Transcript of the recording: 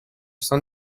sans